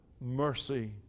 mercy